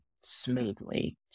smoothly